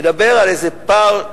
מדבר על איזה פער,